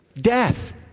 Death